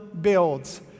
builds